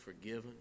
forgiven